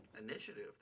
initiative